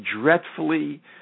dreadfully